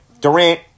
Durant